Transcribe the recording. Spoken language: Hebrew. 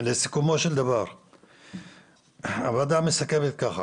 על שולחן הכנסת הצעת חוק להקפאת ענישות,